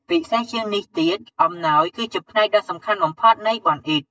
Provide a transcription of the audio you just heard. ពិសេសជាងនេះទៀត អំណោយគឺជាផ្នែកដ៏សំខាន់បំផុត នៃបុណ្យអ៊ីឌ។